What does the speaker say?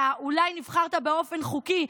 אתה אולי נבחרת באופן חוקי,